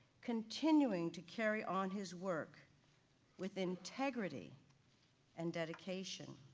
continuing to carry on his work with integrity and dedication.